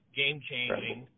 game-changing